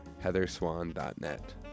heatherswan.net